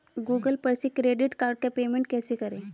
Google पर से credit card का पेमेंट कैसे करें?